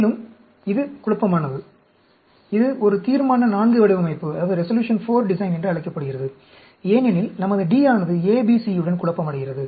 மேலும் இது குழப்பமானது இது ஒரு தீர்மான IV வடிவமைப்பு என்று அழைக்கப்படுகிறது ஏனெனில் நமது D ஆனது ABC யுடன் குழப்பமடைகிறது